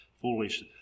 foolish